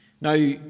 Now